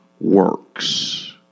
works